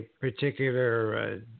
particular